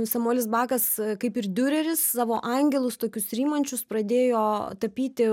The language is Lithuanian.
samuelis bakas kaip ir diureris savo angelus tokius rymančius pradėjo tapyti